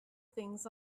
things